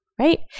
Right